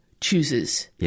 chooses